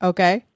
Okay